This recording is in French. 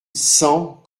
cent